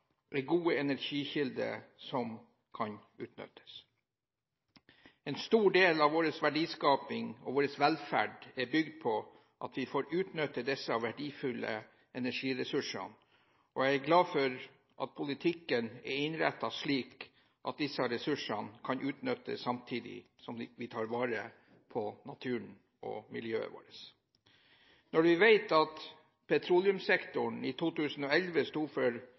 er gode energikilder som kan utnyttes. En stor del av vår verdiskaping og vår velferd er bygd på at vi får utnyttet disse verdifulle energiressursene, og jeg er glad for at politikken er innrettet slik at disse ressursene kan utnyttes samtidig som vi tar vare på naturen og miljøet vårt. Når vi vet at petroleumssektoren i 2011 sto for